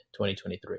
2023